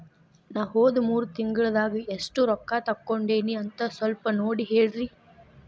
ನಾ ಹೋದ ಮೂರು ತಿಂಗಳದಾಗ ಎಷ್ಟು ರೊಕ್ಕಾ ತಕ್ಕೊಂಡೇನಿ ಅಂತ ಸಲ್ಪ ನೋಡ ಹೇಳ್ರಿ